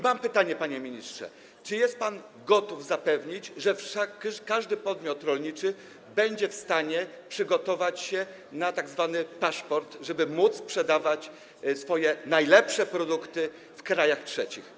Mam pytanie, panie ministrze: Czy jest pan gotów zapewnić, że każdy podmiot rolniczy będzie w stanie przygotować się na tzw. paszport, żeby móc sprzedawać swoje najlepsze produkty w krajach trzecich?